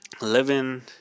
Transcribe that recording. living